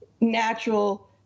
natural